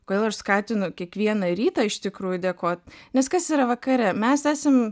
kodėl aš skatinu kiekvieną rytą iš tikrųjų dėkot nes kas yra vakare mes esam